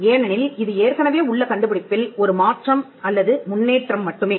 ஏனெனில் இது ஏற்கனவே உள்ள கண்டுபிடிப்பில் ஒரு மாற்றம் அல்லது முன்னேற்றம் மட்டுமே